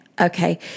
Okay